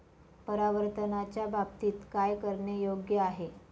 परावर्तनाच्या बाबतीत काय करणे योग्य आहे